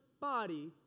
body